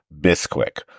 Bisquick